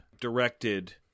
directed